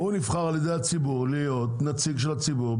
הוא נבחר על ידי הציבור להיות נציג של הציבור,